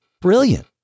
brilliant